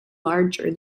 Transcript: larger